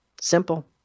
Simple